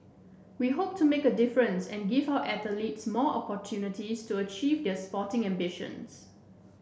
we hope to make a difference and give our athletes more opportunities to achieve their sporting ambitions